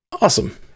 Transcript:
Awesome